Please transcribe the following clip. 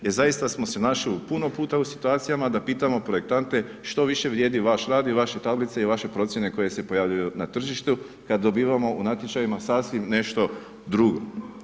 Jer zaista smo se našli puno puta u situacijama da pitamo projektante što više vrijedi vaš rad i vaše tablice i vaše procjene koje se pojavljuju na tržištu kad dobivamo u natječajima sasvim nešto drugo.